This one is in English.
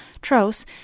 Tros